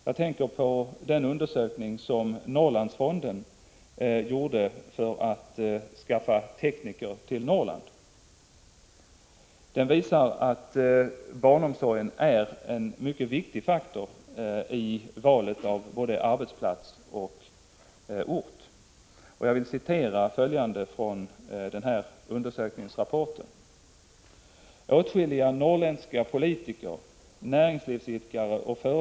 Jag tänker på den undersökning som Norrlandsfonden gjorde för att skaffa tekniker till Norrland. Den undersökningen visar att barnomsorgen är en mycket viktig faktor vid valet av både arbetsplats och arbetsort. I undersök ningsrapporten sägs: ”åtskilliga norrländska politiker, näringslivsidkare och = Prot.